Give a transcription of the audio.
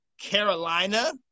Carolina